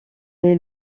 est